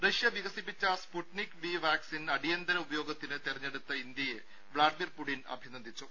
Russia വികസിപ്പിച്ച Sputnik V vaccine അടിയന്തര ഉപയോഗത്തിന് തെരഞ്ഞെടുത്ത ഇന്ത്യയെ വ്ലാഡിമർ പുടിൻ അഭിനന്ദിച്ചു